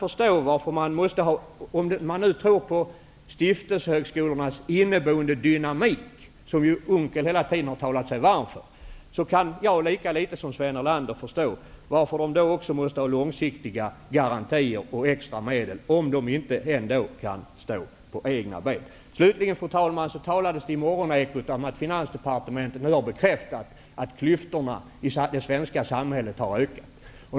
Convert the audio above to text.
Om man tror på stiftelsehögskolornas inneboende dynamik, vilken Unckel hela tiden har talat sig varm för, kan jag lika litet som Sven Erlander förstå varför man också måste ha långsiktiga garantier för extra medel om man inte kan stå på egna ben. Fru talman! Jag vill slutligen säga att det i Morgonekot talades om att Finansdepartementet nu har bekräftat att klyftorna i det svenska samhället har ökat.